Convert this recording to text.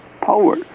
power